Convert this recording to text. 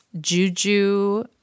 Juju